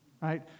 Right